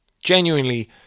Genuinely